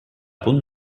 punt